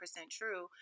true